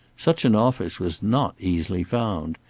such an office was not easily found.